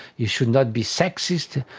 you should not be sexist,